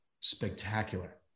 spectacular